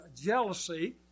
jealousy